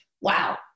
wow